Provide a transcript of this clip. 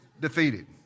defeated